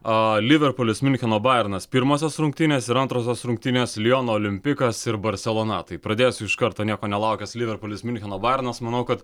a liverpulis miuncheno bajernas pirmosios rungtynės ir antrosios rungtynės liono olimpikas ir barselona tai pradės iš karto nieko nelaukęs liverpulis miuncheno bajernas manau kad